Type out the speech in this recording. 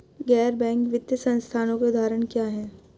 गैर बैंक वित्तीय संस्थानों के उदाहरण क्या हैं?